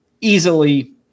easily